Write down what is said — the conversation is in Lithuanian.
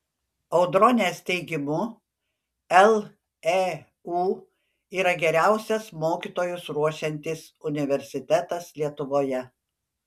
audronės teigimu leu yra geriausias mokytojus ruošiantis universitetas lietuvoje